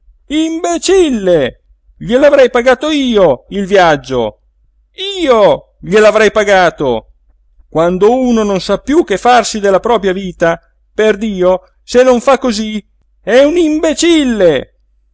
imbecille imbecille gliel'avrei pagato io il viaggio io gliel'avrei pagato quando uno non sa piú che farsi della propria vita perdio se non fa cosí è un imbecille